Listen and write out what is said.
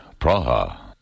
Praha